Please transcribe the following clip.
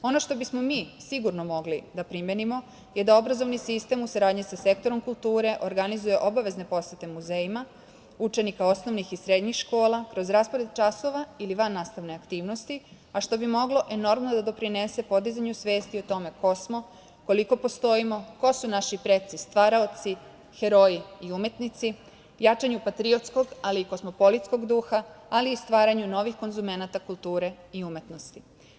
Ono što bi smo mi sigurno mogli da primenimo je da obrazovni sistem u saradnji sa sektorom kulture organizuje obavezne posete muzejima učenika osnovnih i srednjih škola, kroz raspored časova ili vannastavne aktivnosti, a što bi moglo enormno da doprinese podizanju svesti o tome ko smo, koliko postojimo, ko su naši preci stvaraoci, heroji i umetnici, jačanju patriotskog, ali i kosmopolitskog duha, ali i stvaranju novih konzumenata kulture i umetnosti.